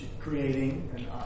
creating